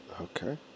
okay